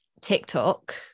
TikTok